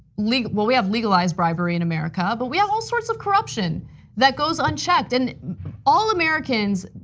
like well, we have legalized bribery in america. but we have all sorts of corruption that goes unchecked. and all americans,